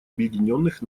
объединенных